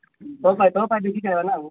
ତୋ ପାଇଁ ତୋ ପାଇଁ ଦେଖିକି ଆସିବା ନା ଆଉ